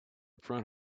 front